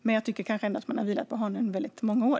Men jag tycker kanske att man vilat på hanen väldigt många år.